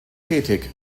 tätig